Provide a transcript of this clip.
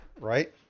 right